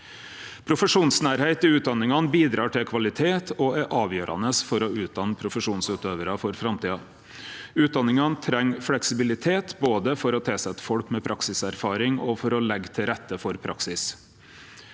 Profesjonsnærleik i utdanningane bidrar til kvalitet og er avgjerande for å utdanne profesjonsutøvarar for framtida. Utdanningane treng fleksibilitet både for å tilsette folk med praksiserfaring og for å leggje til rette for praksis.